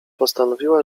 postanowiła